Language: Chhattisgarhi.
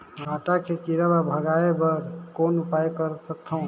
भांटा के कीरा भगाय बर कौन उपाय कर सकथव?